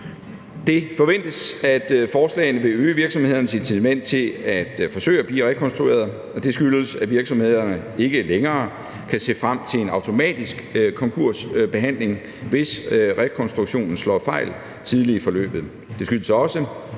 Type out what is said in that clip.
Det forventes, at forslaget vil øge virksomhedernes incitament til at forsøge at blive rekonstrueret. Det skyldes, at virksomhederne ikke længere kan se frem til en automatisk konkursbehandling, hvis rekonstruktionen slår fejl tidligt i forløbet.